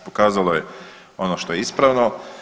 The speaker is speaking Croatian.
Pokazalo je ono što je ispravno.